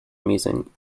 amusing